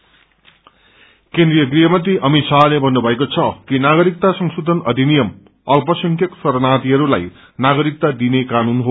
HM CAA केन्द्रिय गृह मंत्री अमित शाहते भन्नुीएको छ कि नागरिकता संशोधन अधिनियम अल्पसंख्यक शरणार्थीहरूलाई नागरिकता दिने कानून हो